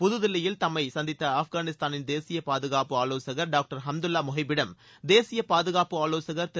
புதுதில்லியில் தம்மை சந்தித்த ஆப்கானிஸ்தான் தேசிய பாதுகாப்பு ஆவோசகர் டாக்டர் ஹம்துல்லா மொஹிப்பிடம் தேசிய பாதுகாப்பு ஆலோசகர் திரு